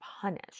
punished